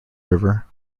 river